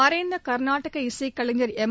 மறைந்த கர்நாடக இசைக்கலைஞர் எம்